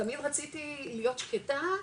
תמיד רציתי להיות שקטה,